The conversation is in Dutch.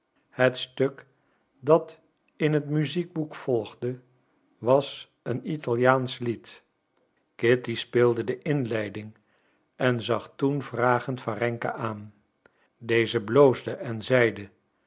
het stuk dat in het muziekboek volgde was een italiaansch lied kitty speelde de inleiding en zag toen vragend warenka aan deze bloosde en zeide